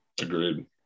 Agreed